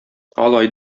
алай